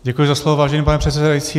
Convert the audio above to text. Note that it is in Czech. Děkuji za slovo, vážený pane předsedající.